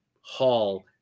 Hall